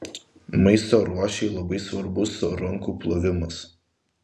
maisto ruošai labai svarbus rankų plovimas